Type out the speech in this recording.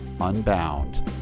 unbound